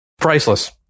Priceless